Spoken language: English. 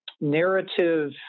narrative